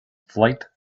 flight